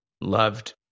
loved